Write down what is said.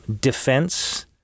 defense